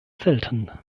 selten